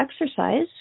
exercise